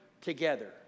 together